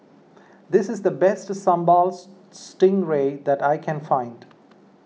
this is the best Sambal Stingray that I can find